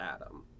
Adam